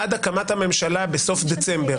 ועד הקמת הממשלה בסוף דצמבר,